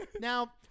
Now